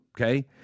okay